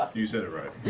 you said it right,